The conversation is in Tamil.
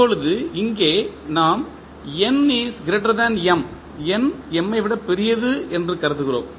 இப்போது இங்கே நாம் n m என்று கருதுகிறோம்